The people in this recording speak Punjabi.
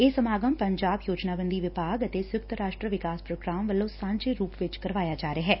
ਇਹ ਸਮਾਗਮ ਪੰਜਾਬ ਯੋਜਨਾਬੰਦੀ ਵਿਭਾਗ ਅਤੇ ਸੰਯੁਕਤ ਰਾਸ਼ਟਰ ਵਿਕਾਸ ਪ੍ਰੋਗਰਾਮ ਵੱਲੋਂ ਸਾਂਝੇ ਰੂਪ ਵਿਚ ਕਰਵਾਇਆ ਜਾ ਰਿਹੈ